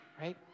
Right